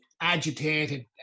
agitated